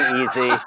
easy